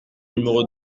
numéro